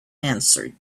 answered